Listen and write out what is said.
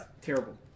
Terrible